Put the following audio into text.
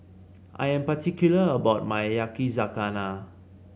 I'm particular about my Yakizakana